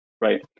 right